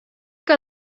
que